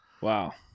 Wow